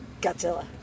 Godzilla